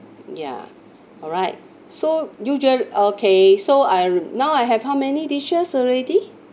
ya alright so usual okay so I now I have how many dishes already